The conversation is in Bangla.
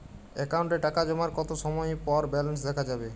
অ্যাকাউন্টে টাকা জমার কতো সময় পর ব্যালেন্স দেখা যাবে?